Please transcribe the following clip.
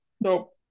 Nope